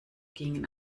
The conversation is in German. gingen